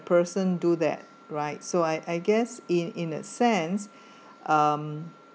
person do that right so I I guess in in a sense um